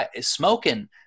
smoking